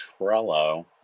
Trello